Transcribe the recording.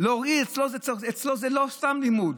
אצלו זה לא סתם לימוד.